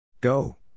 Go